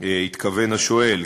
התכוון השואל.